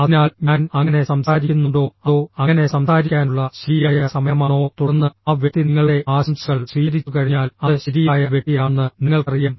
അതിനാൽ ഞാൻ അങ്ങനെ സംസാരിക്കുന്നുണ്ടോ അതോ അങ്ങനെ സംസാരിക്കാനുള്ള ശരിയായ സമയമാണോ തുടർന്ന് ആ വ്യക്തി നിങ്ങളുടെ ആശംസകൾ സ്വീകരിച്ചുകഴിഞ്ഞാൽ അത് ശരിയായ വ്യക്തിയാണെന്ന് നിങ്ങൾക്കറിയാം